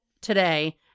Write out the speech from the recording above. today